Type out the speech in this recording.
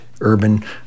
urban